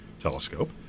Telescope